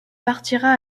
partira